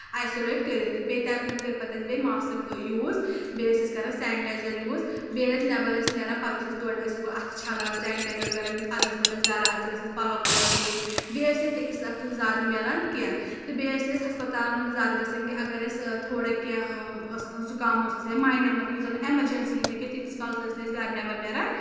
isolate کٔرِتھ تہٕ بیٚیہِ تَمہِ پَتہٕ کٔر پتہٕ اَسہِ بیٚیہِ ماسٕک یوٗز بیٚیہِ ٲسۍ أسۍ کران سینٛٹیزر یوٗز بیٚیہِ اَگر أسۍ نٮ۪بر ٲسۍ نیٚران پَتہٕ ٲسۍ أسۍ تورٕ یِوان أسۍ ٲسۍ گۄڈٕ اتھہٕ چھلان سینٛٹیزر کران یوٗز ادٕ ٲسۍ پتہٕ ٲسۍ گرٕ اژان أسۍ ٲسۍ پلو کران چینٛج بیٚیہِ ٲسۍ نہٕ أسۍ أکِس اکھ سۭتۍ زیادٕ مِلان کیٚنٛہہ تہٕ بیٚیہِ ٲسۍ نہٕ أسۍ ہسپَتالن منٛز زیادٕ گژھان کیٚنٛہہ اَگر أسۍ تھوڑا کیٚنٛہہ اوس آسان زُکام اوس آسان یا مینر یوٗتاہ نہٕ ایمرجینسی ہٮ۪کہِ تیٖتِس کالس ٲسۍ نہٕ أسۍ گرِ نٮ۪بر نیٚران